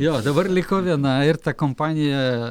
jo dabar liko viena ir ta kompanija